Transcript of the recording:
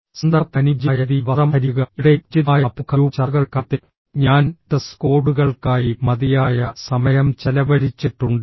സന്ദർഭത്തിന് അനുയോജ്യമായ രീതിയിൽ വസ്ത്രം ധരിക്കുക ഇവിടെയും ഉചിതമായ അഭിമുഖ ഗ്രൂപ്പ് ചർച്ചകളുടെ കാര്യത്തിൽ ഞാൻ ഡ്രസ് കോഡുകൾക്കായി മതിയായ സമയം ചെലവഴിച്ചിട്ടുണ്ട്